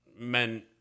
men